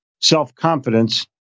self-confidence